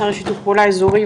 השר לשיתוף פעולה אזורי,